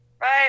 Right